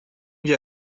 wir